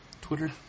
Twitter